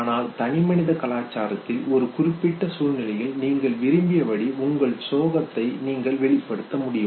ஆனால் தனி மனித கலாச்சாரத்தில் ஒரு குறிப்பிட்ட சூழ்நிலையில் நீங்கள் விரும்பியபடி உங்கள் சோகத்தை நீங்கள் வெளிப்படுத்த முடியும்